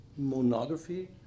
monography